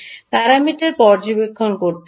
parameter পর্যবেক্ষণ করতে হবে